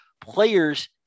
players